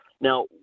Now